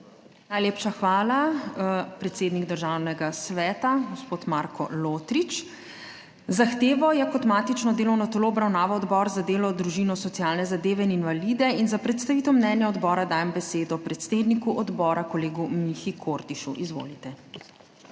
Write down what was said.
Najlepša hvala, predsednik Državnega sveta, gospod Marko Lotrič. Zahtevo je kot matično delovno telo obravnaval Odbor za delo, družino, socialne zadeve in invalide. Za predstavitev mnenja odbora dajem besedo predsedniku odbora, kolegu Mihi Kordišu. Izvolite.